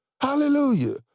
Hallelujah